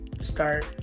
start